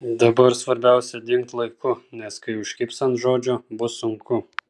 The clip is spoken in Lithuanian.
dabar svarbiausia dingt laiku nes kai užkibs ant žodžio bus sunku